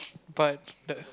but the